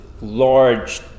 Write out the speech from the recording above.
large